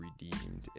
redeemed